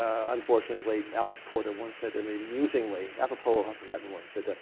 unfortunately late, alex porter, once said to me, musingly, apropos of i've forgotten what he said,